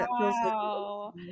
wow